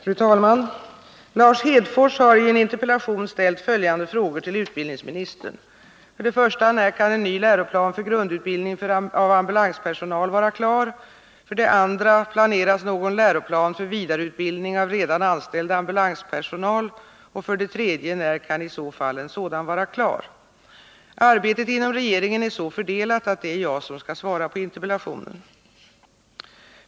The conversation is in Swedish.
Fru talman! Lars Hedfors har i en interpellation ställt följande frågor tiil utbildningsministern: 3. När kan i så fall en sådan vara klar? Arbetet inom regeringen är så fördelat att det är jag som skall svara på interpellationen.